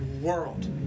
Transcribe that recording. world